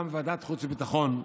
גם ועדת חוץ וביטחון,